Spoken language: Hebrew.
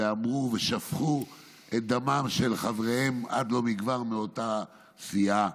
ואמרו ושפכו את דמם של חבריהם עד לא מכבר מאותה סיעה.